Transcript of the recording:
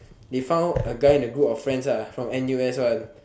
they found a guy and group of friends lah from n_u_s one